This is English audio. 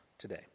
today